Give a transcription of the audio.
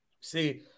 See